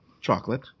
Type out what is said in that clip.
chocolate